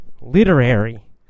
literary